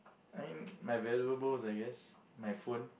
I mean my valuables I guess my phone